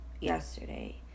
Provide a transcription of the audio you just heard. yesterday